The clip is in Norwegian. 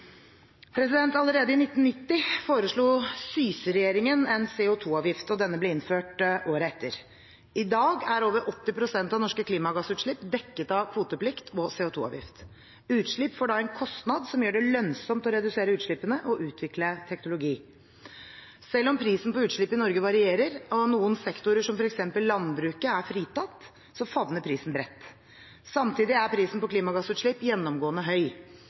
Allerede i 1990 foreslo Syse-regjeringen en CO2-avgift, og denne ble innført året etter. I dag er over 80 pst. av norske klimagassutslipp dekket av kvoteplikt og CO2-avgift. Utslipp får da en kostnad som gjør det lønnsomt å redusere utslippene og utvikle teknologi. Selv om prisen på utslipp i Norge varierer, og noen sektorer som f.eks. landbruket er fritatt, favner prisen bredt. Samtidig er prisen på klimagassutslipp gjennomgående høy.